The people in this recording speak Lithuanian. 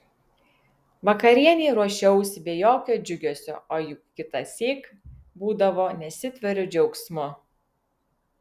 vakarienei ruošiausi be jokio džiugesio o juk kitąsyk būdavo nesitveriu džiaugsmu